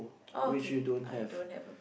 oh okay I don't have a